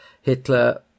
Hitler